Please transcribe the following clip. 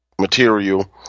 material